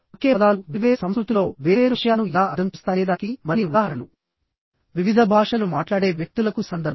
ఒకే పదాలు వేర్వేరు సంస్కృతులలో వేర్వేరు విషయాలను ఎలా అర్ధం చేస్తాయనేదానికి మరిన్ని ఉదాహరణలు వివిధ భాషలు మాట్లాడే వ్యక్తులకు సందర్భం